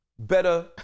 better